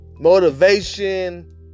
Motivation